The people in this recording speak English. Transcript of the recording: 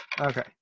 Okay